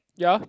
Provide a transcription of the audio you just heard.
ya